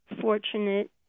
fortunate